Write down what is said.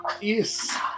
Yes